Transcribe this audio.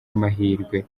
amahirwe